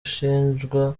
ashinjwa